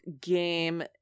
game